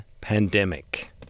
pandemic